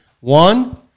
One